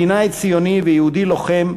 מדינאי ציוני ויהודי לוחם,